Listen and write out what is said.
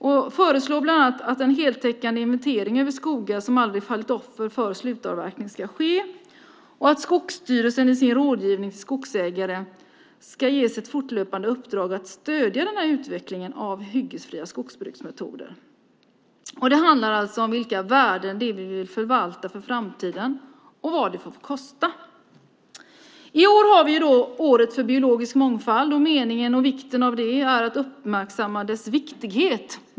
Jag föreslår bland annat att en heltäckande inventering över skogar som aldrig fallit offer för slutavverkning ska ske och att Skogsstyrelsen i sin rådgivning till skogsägare ska ges ett fortlöpande uppdrag att stödja utvecklingen av hyggesfria skogsbruksmetoder. Det handlar alltså om vilka värden vi vill förvalta för framtiden och vad det får kosta. I år har vi året för biologisk mångfald. Meningen och vikten av det är att uppmärksamma dess viktighet.